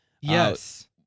Yes